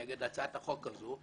נגד הצעת החוק הזו,